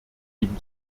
ihm